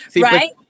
Right